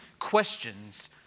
questions